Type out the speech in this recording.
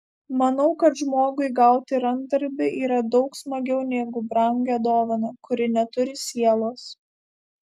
manau kad žmogui gauti rankdarbį yra daug smagiau negu brangią dovaną kuri neturi sielos